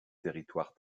territoire